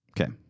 Okay